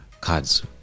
cards